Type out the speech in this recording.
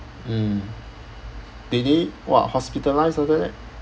mm they di~ !wah! hospitalised all that